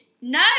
No